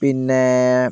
പിന്നെ